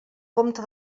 compte